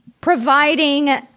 providing